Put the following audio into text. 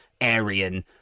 Aryan